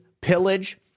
pillage